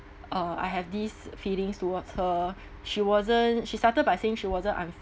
uh I have these feelings towards her she wasn't she started by saying she wasn't um